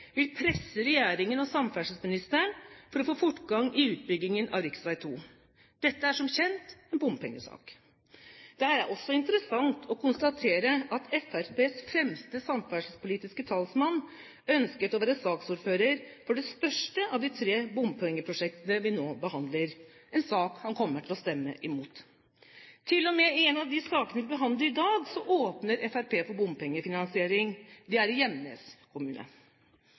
vil presse regjeringen og samferdselsministeren for å få fortgang i utbyggingen av rv. 2. Dette er som kjent en bompengesak. Det er også interessant å konstatere at Fremskrittspartiets fremste samferdselspolitiske talsmann ønsket å være saksordfører for det største av de tre bompengeprosjektene vi nå behandler – en sak han kommer til å stemme imot. Til og med i en av de sakene vi behandler i dag, åpner Fremskrittspartiet for bompengefinansiering. Det er i Gjemnes kommune.